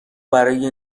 برای